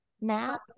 Matt